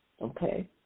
Okay